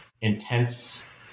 intense